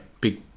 big